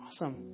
Awesome